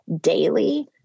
daily